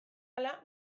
hala